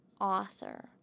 author